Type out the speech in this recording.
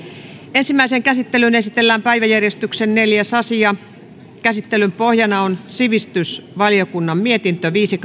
ensimmäiseen käsittelyyn esitellään päiväjärjestyksen neljäs asia käsittelyn pohjana on sivistysvaliokunnan mietintö viisi